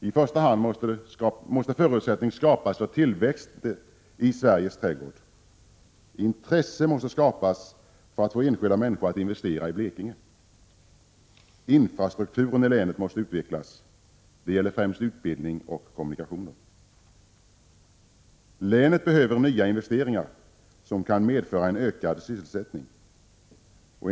I första hand måste förutsättning skapas för tillväxt i ”Sveriges trädgård”. Intresse måste skapas för att få enskilda människor att investera i Blekinge. Infrastrukturen i länet måste utvecklas. Det gäller främst utbildning och kommunikationer. Länet behöver nya investeringar, som kan medföra en ökad sysselsättning.